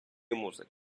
музики